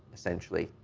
essentially.